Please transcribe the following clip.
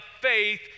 faith